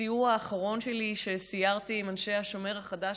בסיור האחרון שלי שסיירתי עם אנשי השומר החדש